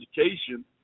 education